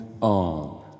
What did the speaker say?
on